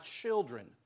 children